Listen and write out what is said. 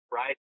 right